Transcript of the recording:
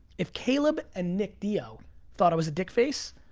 if caleb and nick dio thought i was a dick face,